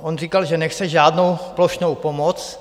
On říkal, že nechce žádnou plošnou pomoc.